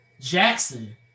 Jackson